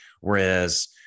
whereas –